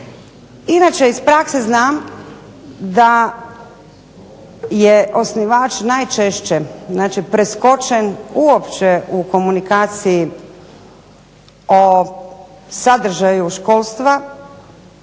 Inače iz prakse znam da je osnivač najčešće preskočen uopće u komunikaciji o sadržaju školstva